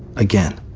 again.